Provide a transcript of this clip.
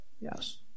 Yes